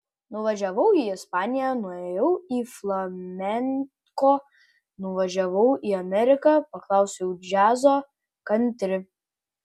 nuvažiavau į ispaniją nuėjau į flamenko nuvažiavau į ameriką paklausiau džiazo kantri